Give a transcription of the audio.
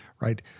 Right